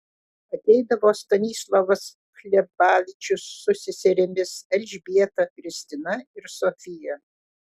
ateidavo stanislovas hlebavičius su seserimis elžbieta kristina ir sofija